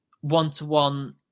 one-to-one